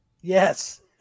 Yes